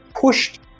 pushed